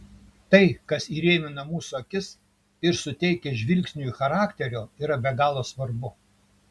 tai kas įrėmina mūsų akis ir suteikia žvilgsniui charakterio yra be galo svarbu